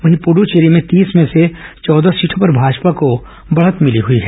वहीं पुड़ड्चेरी में तीस में से चौदह सीटों पर भाजपा को बढ़त मिली हुई है